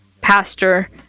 pastor